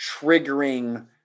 triggering